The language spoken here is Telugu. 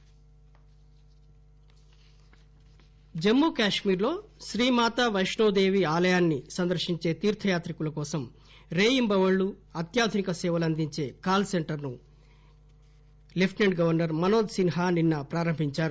పైష్ణోదేవి జమ్ముకాశ్మీర్ లో శ్రీమాతా పైష్ణోదేవి దేవాలయాన్ని సందర్శించే తీర్దయాత్రికుల కోసం రేయింబవళ్లు అత్యాధునిక సేవలందించే కాల్ సెంటర్ ను లెప్లిసెంట్ గవర్సర్ మనోజ్ సిన్హా నిన్న ప్రారంభిందారు